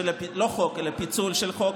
לא חוק אלא פיצול של חוק,